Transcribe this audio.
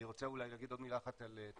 אני רוצה להגיד אולי עוד מילה אחת על תשתיות.